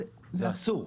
זה אסור.